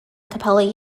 capella